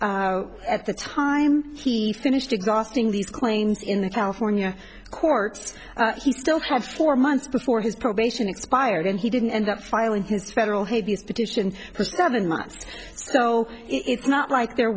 at the time he finished exhausting these claims in the california courts he still have four months before his probation expired and he didn't and that's filing his federal habeas petition for seven months so it's not like there